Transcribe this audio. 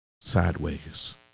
sideways